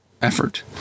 effort